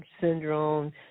syndrome